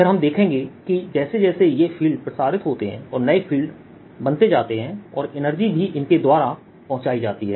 फिर हम देखेंगे कि जैसे जैसे ये फील्ड प्रसारित होते हैं और नए फील्ड बनते जाते हैं और एनर्जी भी इसके द्वारा पहुँचाई जाती है